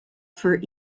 for